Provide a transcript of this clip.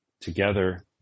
together